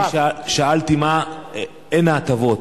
אני שאלתי מהן ההטבות,